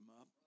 up